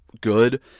good